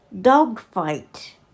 dogfight